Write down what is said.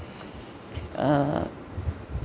uh